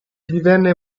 divenne